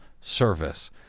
service